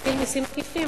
להטיל מסים עקיפים,